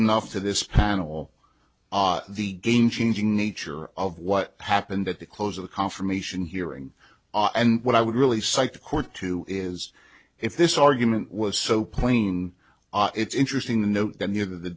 enough to this panel the gain changing nature of what happened at the close of the confirmation hearing and what i would really psych the court to is if this argument was so plain it's interesting to note that neither the